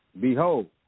Behold